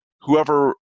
whoever